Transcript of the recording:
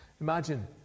imagine